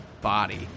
body